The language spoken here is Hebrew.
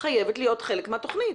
חייבת להיות חלק מהתוכנית.